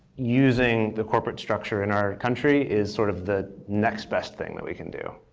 using the corporate structure in our country is sort of the next best thing that we can do.